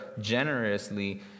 generously